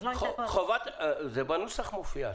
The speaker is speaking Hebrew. אז לא הייתה --- זה בנוסח מופיע,